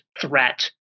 threat